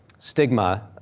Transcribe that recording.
stigma,